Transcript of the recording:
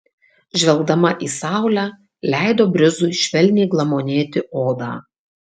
žvelgdama į saulę leido brizui švelniai glamonėti odą